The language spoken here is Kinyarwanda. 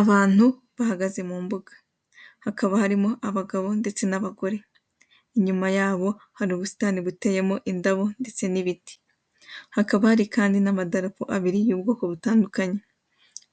Abantu bahagaze mu mbuga, hakaba harimo abagabo ndetse n'abagore, inyuma yabo hari ubusitani buteyemo indabo ndetse n'ibiti, hakaba hari kandi n'amadarapo abiri y'ubwoko butandukanye,